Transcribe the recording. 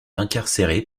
incarcéré